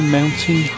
Mountain